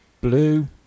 blue